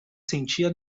sentia